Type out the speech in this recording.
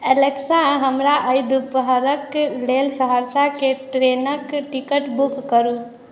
Alexa हमरा आइ दुपहरके लेल सहरसाके ट्रेनके टिकट बुक करू